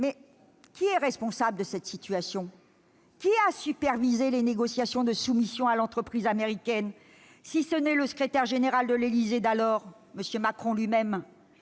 Mais qui est responsable de cette situation ? Qui a supervisé les négociations conduisant à la soumission à l'entreprise américaine, si ce n'est le secrétaire général de l'Élysée d'alors, M. Macron ?